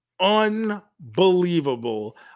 Unbelievable